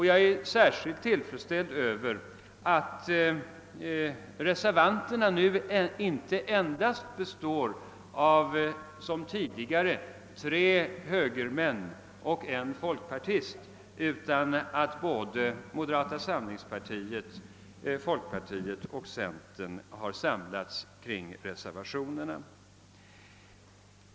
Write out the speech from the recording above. Jag är särskilt tillfredsställd över att reservanterna nu inte endast består av som tidigare tre högermän och en folkpartist utan att moderata samlingspartiet, folkpartiet och centern har samlats kring reservationerna.